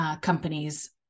companies